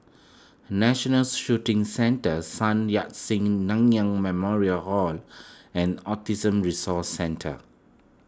National Shooting Centre Sun Yat Sen Nanyang Memorial Hall and Autism Resource Centre